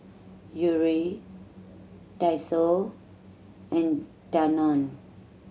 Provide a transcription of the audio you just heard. Yuri Daiso and Danone